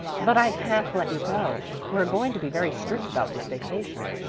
but i can't let you go. we're going to be very strict about this vacation.